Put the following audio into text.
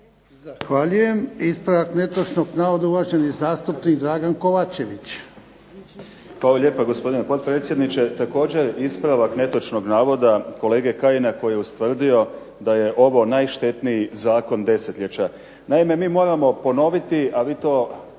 Ispravak netočnog navoda, uvaženi zastupnik Dragan Kovačević. **Kovačević, Dragan (HDZ)** Hvala lijepa gospodine potpredsjedniče. Također ispravak netočnog navoda kolege Kajina koji je ustvrdio da je ovo najštetniji zakon desetljeća. Naime mi moramo ponoviti a vi to